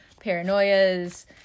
paranoias